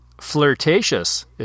flirtatious